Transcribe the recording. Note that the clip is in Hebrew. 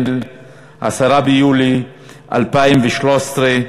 10 ביולי 2013,